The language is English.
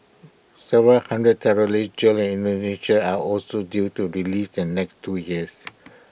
several hundred terrorists jailed in Indonesia are also due to be released in the next two years